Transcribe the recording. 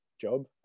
job